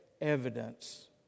evidence